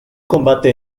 combate